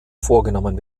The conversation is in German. vorgenommen